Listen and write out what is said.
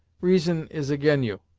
reason is ag'in you,